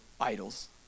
idols